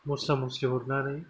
मस्ला मस्लि हरनानै